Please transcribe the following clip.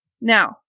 Now